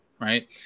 right